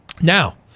Now